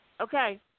Okay